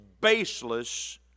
baseless